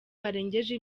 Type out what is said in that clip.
barengeje